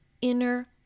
inner